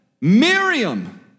Miriam